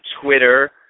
Twitter